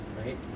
right